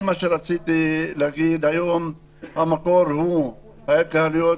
המקור הוא ההתקהלויות.